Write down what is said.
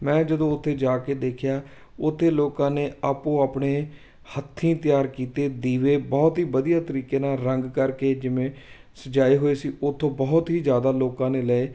ਮੈਂ ਜਦੋਂ ਉੱਥੇ ਜਾ ਕੇ ਦੇਖਿਆ ਉੱਥੇ ਲੋਕਾਂ ਨੇ ਆਪੋ ਆਪਣੇ ਹੱਥੀਂ ਤਿਆਰ ਕੀਤੇ ਦੀਵੇ ਬਹੁਤ ਹੀ ਵਧੀਆ ਤਰੀਕੇ ਨਾਲ ਰੰਗ ਕਰਕੇ ਜਿਵੇਂ ਸਜਾਏ ਹੋਏ ਸੀ ਉੱਥੋਂ ਬਹੁਤ ਹੀ ਜ਼ਿਆਦਾ ਲੋਕਾਂ ਨੇ ਲਏ